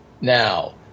now